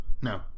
No